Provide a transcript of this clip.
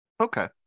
Okay